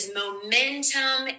momentum